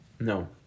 No